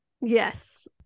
Yes